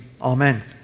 amen